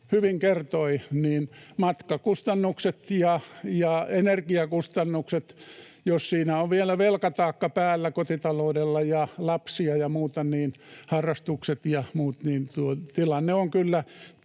hyvin kertoi, matkakustannukset ja energiakustannukset ja jos siinä on kotitaloudella vielä velkataakka päällä ja lapsia ja muuta, harrastukset ja muut, niin tilanne on kyllä